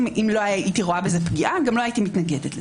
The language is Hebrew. אם לא הייתי רואה בזה פגיעה גם לא הייתי מתנגדת לזה.